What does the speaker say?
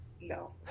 no